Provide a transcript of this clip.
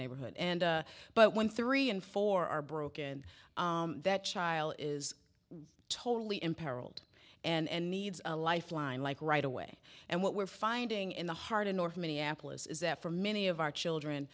neighborhood and but when three and four are broken that child is totally imperiled and needs a lifeline like right away and what we're finding in the heart of north minneapolis is that for many of our children